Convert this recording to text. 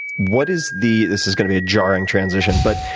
what is the this is going to be a jarring transition, but